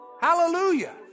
Hallelujah